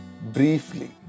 Briefly